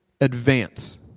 advance